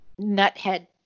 nuthead